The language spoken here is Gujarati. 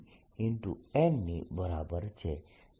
n ની બરાબર છે જે Pcos ની બરાબર છે